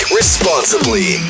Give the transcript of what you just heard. responsibly